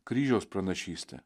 kryžiaus pranašystė